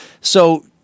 So-